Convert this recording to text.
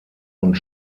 und